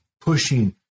pushing